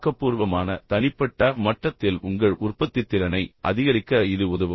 ஆக்கப்பூர்வமான தனிப்பட்ட மட்டத்தில் உங்கள் உற்பத்தித்திறனை அதிகரிக்க இது உதவும்